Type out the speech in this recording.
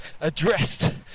addressed